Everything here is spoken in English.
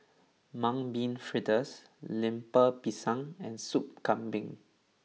Mung Bean Fritters Lemper Pisang and Sup Kambing